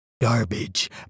Garbage